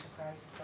Christ